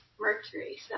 Mercury